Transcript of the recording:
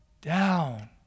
down